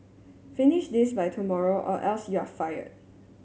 finish this by tomorrow or else you are fired